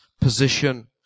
position